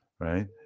Right